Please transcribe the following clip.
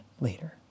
later